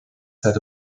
said